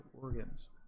organs